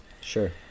Sure